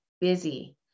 Busy